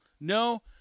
No